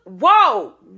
whoa